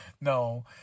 no